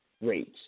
rates